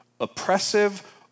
oppressive